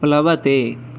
प्लवते